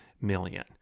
million